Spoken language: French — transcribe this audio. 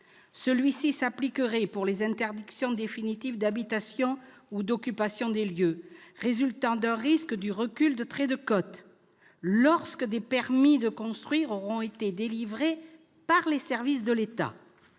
Celui-ci s'appliquerait pour les interdictions définitives d'habitation ou d'occupation des lieux résultant d'un risque de recul du trait de côte, lorsque des permis de construire auront été délivrés par les services de l'État.